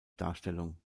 darstellung